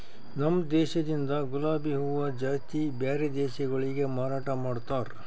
ನಮ ದೇಶದಿಂದ್ ಗುಲಾಬಿ ಹೂವ ಜಾಸ್ತಿ ಬ್ಯಾರೆ ದೇಶಗೊಳಿಗೆ ಮಾರಾಟ ಮಾಡ್ತಾರ್